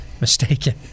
mistaken